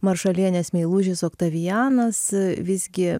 maršalienės meilužis oktavianas visgi